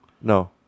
No